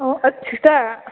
ꯑꯣ ꯁꯤꯁꯇꯔ